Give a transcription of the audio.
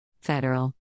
Federal